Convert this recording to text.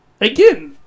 again